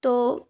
تو